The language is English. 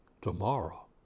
tomorrow